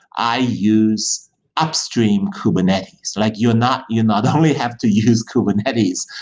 i use upstream kubernetes. like you and not you not only have to use kubernetes,